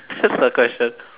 that's the question